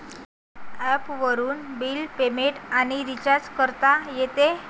ॲपवरून bill payment आणि recharge करता येते